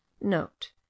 note